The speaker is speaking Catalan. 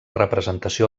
representació